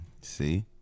see